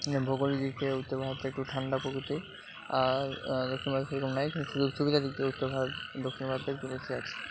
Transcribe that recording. ভৌগোলিক দিক থেকে উত্তর ভারতটা একটু ঠান্ডা প্রকৃতির আর দক্ষিণ ভারতে সেরকম নাই শুধু সুবিধার দিক থেকে উত্তর ভারত দক্ষিণ ভারতে একটু বেশি আছে